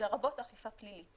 לרבות אכיפה פלילית